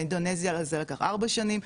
באינדונזיה זה לקח ארבע שנים,